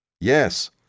Yes